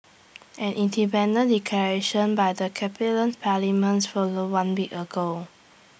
an independence declaration by the parliaments followed one week ago